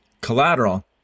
collateral